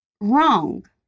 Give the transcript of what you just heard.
wrong